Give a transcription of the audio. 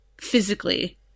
physically